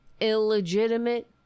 illegitimate